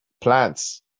plants